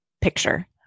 picture